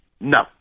No